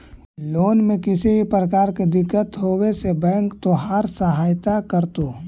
loan में किसी भी प्रकार की दिक्कत होवे से बैंक तोहार सहायता करतो